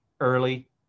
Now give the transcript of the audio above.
early